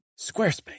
Squarespace